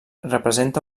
representa